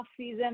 offseason